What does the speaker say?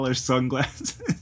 sunglasses